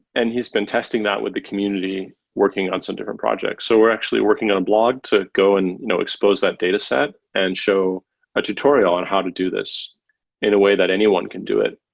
and he's been testing that with the community working on some different projects. so we're actually working on blog to go and you know expose that dataset and show a tutorial on how to do this in a way that anyone can do it.